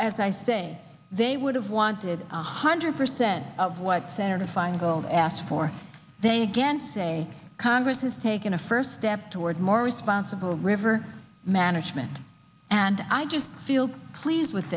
as i say they would have wanted a hundred percent of what senator feingold asked for they again say congress has taken a first step toward more responsible river management and i just feel pleased with